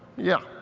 yeah.